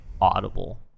Audible